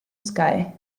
sky